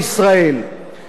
נתניהו אמר: